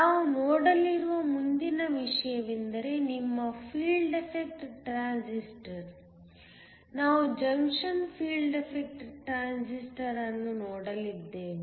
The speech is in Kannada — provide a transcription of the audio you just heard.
ನಾವು ನೋಡಲಿರುವ ಮುಂದಿನ ವಿಷಯವೆಂದರೆ ನಿಮ್ಮ ಫೀಲ್ಡ್ ಎಫೆಕ್ಟ್ ಟ್ರಾನ್ಸಿಸ್ಟರ್ ನಾವು ಜಂಕ್ಷನ್ ಫೀಲ್ಡ್ ಎಫೆಕ್ಟ್ ಟ್ರಾನ್ಸಿಸ್ಟರ್ ಅನ್ನು ನೋಡಲಿದ್ದೇವೆ